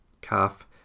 Calf